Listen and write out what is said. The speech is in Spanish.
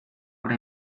obra